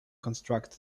construct